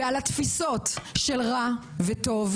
היא תחלחל על התפיסות של רע וטוב,